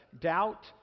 doubt